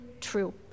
true